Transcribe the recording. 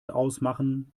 ausmachen